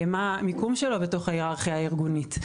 מה המיקום שלו בתוך ההיררכיה הארגונית.